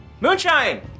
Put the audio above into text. Moonshine